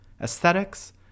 aesthetics